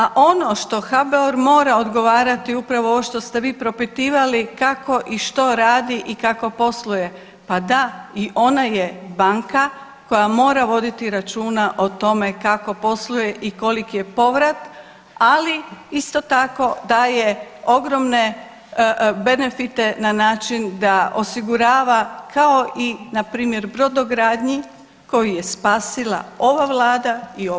A ono što HBOR mora odgovarati upravo ovo što ste vi propitivali, kako i što radi i kako posluje, pa da i ona je banka koja mora voditi računa o tome kako posluje i koliki je povrat, ali isto tako daje ogromne benefite na način da osigurava kao i npr. brodogradnji koju je spasila ova Vlada i ovaj HBOR.